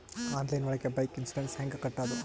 Online ಒಳಗೆ bike insurance ಹ್ಯಾಂಗ್ ಕಟ್ಟುದು?